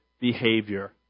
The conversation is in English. behavior